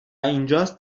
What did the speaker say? اینجاست